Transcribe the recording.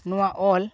ᱱᱚᱣᱟ ᱚᱞ